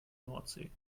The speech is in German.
nordsee